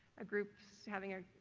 a group's having a